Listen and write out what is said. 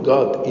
God